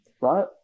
Right